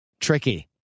tricky